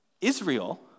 Israel